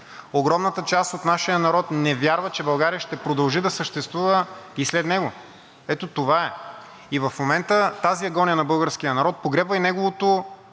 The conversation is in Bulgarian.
Огромната част от нашия народ не вярва, че България ще продължи да съществува и след него. Ето това е. И в момента тази агония на българския народ погребва и неговото